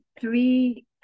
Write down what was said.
three